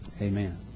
Amen